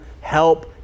help